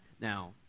Now